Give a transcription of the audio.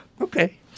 Okay